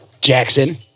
Jackson